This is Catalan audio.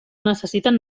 necessiten